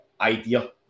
idea